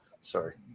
Sorry